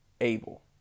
able